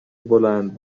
بلند